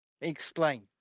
Explain